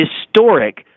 historic